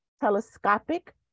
telescopic